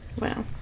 Wow